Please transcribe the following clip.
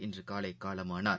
இன்றுகாலைகாலமானார்